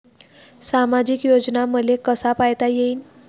सामाजिक योजना मले कसा पायता येईन?